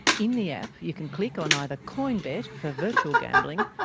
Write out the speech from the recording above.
in the app you can click on either coin bet for virtual gambling,